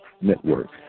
Network